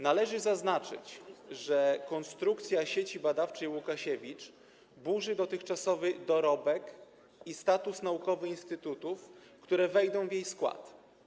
Należy zaznaczyć, że konstrukcja Sieci Badawczej: Łukasiewicz burzy dotychczasowy dorobek i status naukowy instytutów, które wejdą w jej skład.